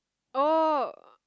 oh